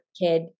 kid